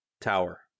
Tower